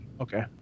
Okay